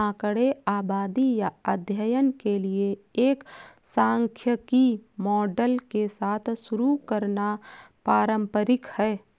आंकड़े आबादी या अध्ययन के लिए एक सांख्यिकी मॉडल के साथ शुरू करना पारंपरिक है